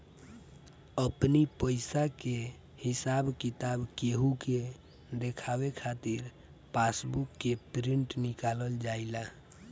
अपनी पईसा के हिसाब किताब केहू के देखावे खातिर पासबुक के प्रिंट निकालल जाएला